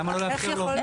למה לא לאפשר לו?